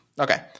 Okay